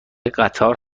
قطار